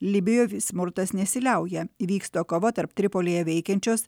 libijoj smurtas nesiliauja vyksta kova tarp tripolyje veikiančios